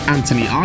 Anthony